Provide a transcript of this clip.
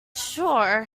sure